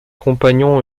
compagnons